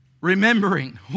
remembering